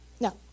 No